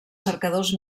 cercadors